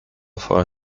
for